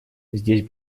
здесь